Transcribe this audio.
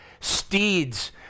steeds